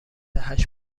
هشت